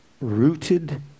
rooted